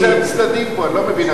מי זה הצדדים פה, אני לא מבין.